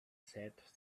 said